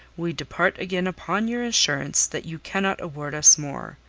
we depart again upon your assurance that you cannot award us more.